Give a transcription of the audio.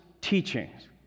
teachings